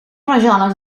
rajoles